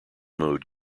mode